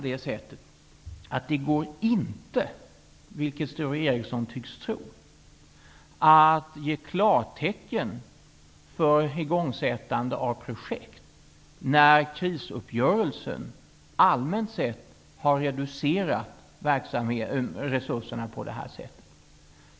Det går inte, vilket Sture Ericson tycks tro, att ge klartecken för igångsättande av projekt när krisuppgörelsen allmänt sett reducerat resurserna för verksamheten.